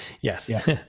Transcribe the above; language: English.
Yes